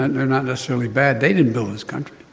they're not necessarily bad. they didn't build this country.